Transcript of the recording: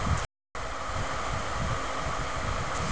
सूक्ष्म वित्त म्हणजे काय?